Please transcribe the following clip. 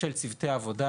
של צוותי העבודה,